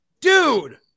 Dude